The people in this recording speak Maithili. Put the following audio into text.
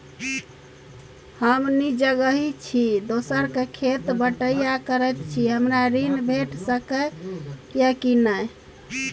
हम निजगही छी, दोसर के खेत बटईया करैत छी, हमरा ऋण भेट सकै ये कि नय?